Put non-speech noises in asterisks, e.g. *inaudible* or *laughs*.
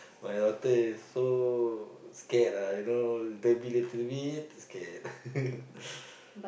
my daughter is so scared ah you know little bit little bit scared *laughs*